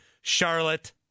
Charlotte